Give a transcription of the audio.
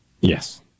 Yes